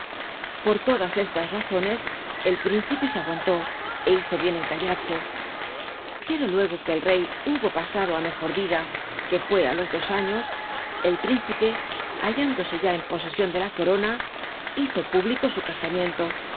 l'or loclas estas razones el príncipe se aguantó é hizo bien en callarse pero luego que el rey hubo pasado á mejor vida que fu é á los dos años el príncipu hallándose ya en poseion de la corona hizo público su casamiento